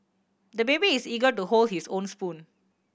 the baby is eager to hold his own spoon